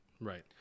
Right